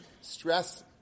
stress